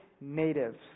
natives